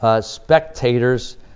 Spectators